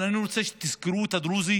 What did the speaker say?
אבל אני רוצה שתזכרו את הדרוזים